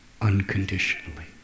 unconditionally